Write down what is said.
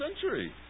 century